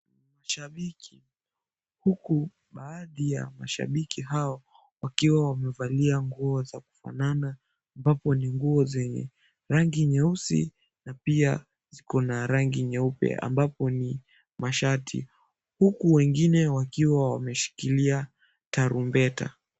Mashabiki, huku baadhi ya mashabiki hao wakiwa wamevalia nguo za kufanana. Ambapo ni nguo zenye rangi nyeusi na pia ziko na rangi nyeupe, ambapo ni mashati. Huku wengine wakiwa wameshikilia tarumbeta.